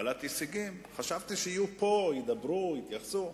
בעלת הישגים, חשבתי שיהיו פה, ידברו, יתייחסו,